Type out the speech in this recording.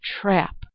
trap